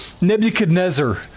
Nebuchadnezzar